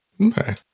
Okay